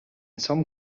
some